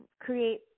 create